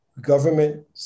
government